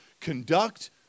conduct